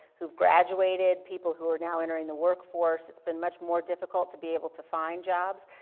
who've graduated, people who are now entering the workforce, it's been much more difficult to be able to find jobs.